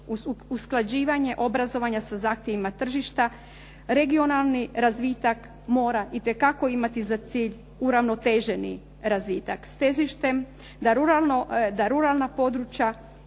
usklađivanje obrazovanja sa zahtjevima tržišta regionalni razvitak mora itekako imati za cilj uravnoteženi razvitak s težištem da ruralna područja